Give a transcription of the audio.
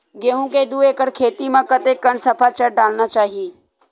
गेहूं के दू एकड़ खेती म कतेकन सफाचट डालना चाहि?